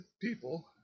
people